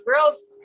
girls